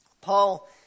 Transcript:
Paul